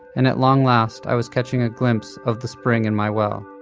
and at long last i was catching a glimpse of the spring in my well